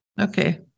Okay